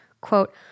quote